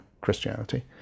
Christianity